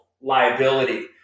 liability